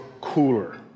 cooler